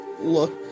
look